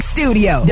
Studio